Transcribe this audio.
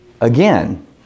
again